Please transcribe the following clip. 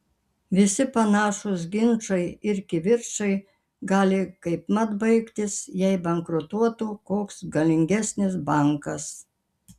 visi panašūs ginčai ir kivirčai gali kaipmat baigtis jei bankrutuotų koks galingesnis bankas